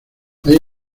hay